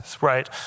right